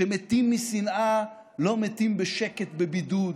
כשמתים משנאה לא מתים בשקט בבידוד,